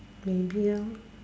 maybe lor